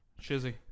shizzy